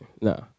No